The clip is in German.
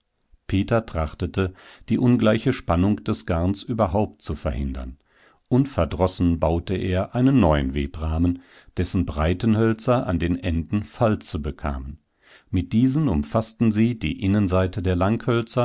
peter trachtete die ungleiche spannung des garns überhaupt zu verhindern unverdrossen baute er einen neuen webrahmen dessen breitenhölzer an den enden falze bekamen mit diesen umfaßten sie die innenseiten der